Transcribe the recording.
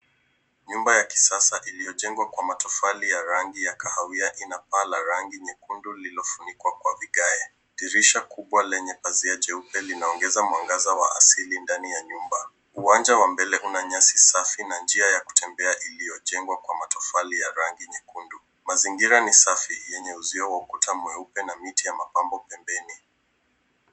Nyumba ya kisasa iliyojengwa kwa matofali ya rangi ya kahawia, ina paa la rangi nyekundu iliyo funikwa kwa vigae. Dirisha kubwa lenye pazia jeupe linaongeza mwangaza wa asili ndani ya nyumba. Uwanja wa mbele una nyasi safi na njia ya kutembea iliyo jengwa kwa matofali ya rangi nyekundu. Mazingira ni safi, yenye uzio wa ukuta mweupe na miti ya mapambo pembeni.